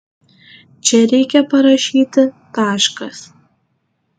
čia reikia parašyti taškas